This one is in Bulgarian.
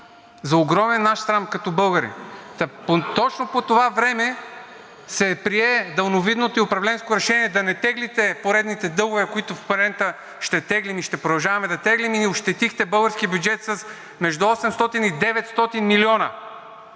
за огромен наш срам като българи. Точно по това време се прие „далновидното“ и „управленско“ решение да не теглите поредните дългове, които в момента ще теглим и ще продължаваме да теглим, и ощетихте българския бюджет с между 800 и 900 милиона.